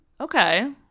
Okay